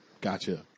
Gotcha